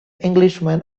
englishman